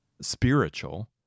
spiritual